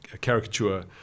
caricature